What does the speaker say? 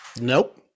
Nope